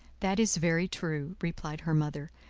that is very true, replied her mother,